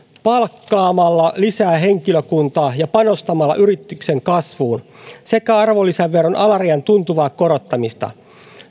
palkkaamalla lisää henkilökuntaa ja panostamalla yrityksen kasvuun sekä arvonlisäveron alarajan tuntuvaa korottamista